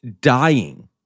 dying